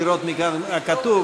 לראות מכאן את הכתוב,